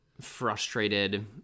frustrated